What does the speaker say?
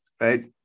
right